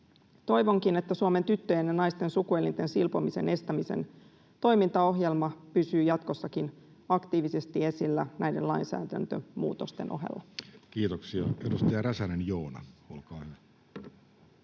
Toivonkin, että Suomen tyttöjen ja naisten sukuelinten silpomisen estämisen toimintaohjelma pysyy jatkossakin aktiivisesti esillä näiden lainsäädäntömuutosten ohella. Kiitoksia. — Edustaja Räsänen, Joona, olkaa hyvä.